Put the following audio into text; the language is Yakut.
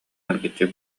эргиччи